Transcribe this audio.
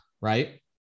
right